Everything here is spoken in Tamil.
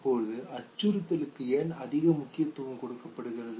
இப்போது அச்சுறுத்தலுக்கு ஏன் அதிக முக்கியத்துவம் கொடுக்கப்படுகிறது